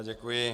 Děkuji.